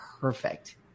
perfect